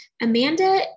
Amanda